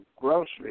groceries